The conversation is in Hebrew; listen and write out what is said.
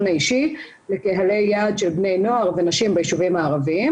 האישי לקהלי יעד של בני נוער ונשים ביישובים הערביים